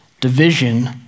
division